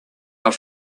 are